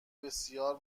بسیار